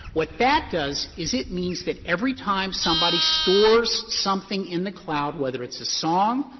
what that does is it means that every time somebody stores something in the cloud, whether it's a song,